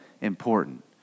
important